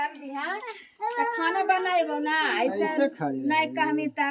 नगरपालिका बांड ब्याज कमाबै के साथ साथ पूंजी के संरक्षित करै के नीक उपाय छियै